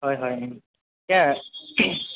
হয়